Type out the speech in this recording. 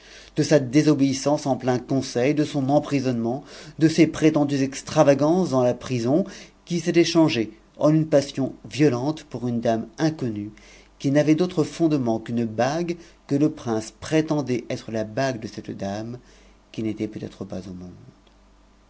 de sa désobéissance en plein conseil de son emprisonnement de ses prétendues extravagances dans la prison qui s'étaient changées en une passion violente pour une dame inconnue qui n'avait d'autre fondement qu'une bague que le prince prétendait être la bague de cette dame qui n'était peut-être pas au monde